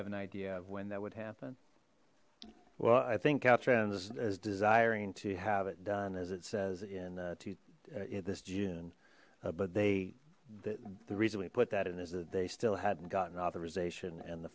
have an idea of when that would happen well i think caltrans desiring to have it done as it says in to in this june but they the reason we put that in is that they still hadn't gotten authorization and the